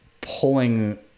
pulling